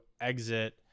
exit